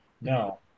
No